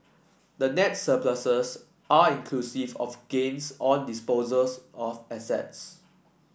the net surpluses are inclusive of gains on disposals of assets